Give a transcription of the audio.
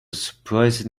surprising